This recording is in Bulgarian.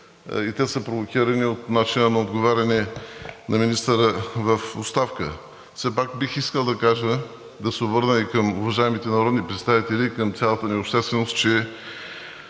и са провокирани от начина на отговаряне на министъра в оставка. Все пак бих искал да кажа, да се обърна и към уважаемите народни представители и към цялата ни общественост, че